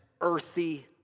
earthy